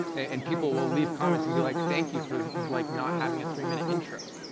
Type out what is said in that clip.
and people will leave comments and be like, thank you for like not having a three minute intro.